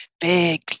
big